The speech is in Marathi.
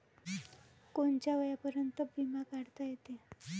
कोनच्या वयापर्यंत बिमा काढता येते?